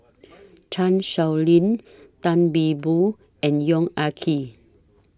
Chan Sow Lin Tan See Boo and Yong Ah Kee